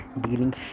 dealing